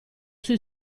sui